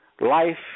Life